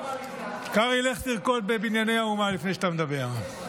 קרעי, לך תרקוד בבנייני האומה לפני שאתה מדבר.